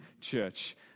church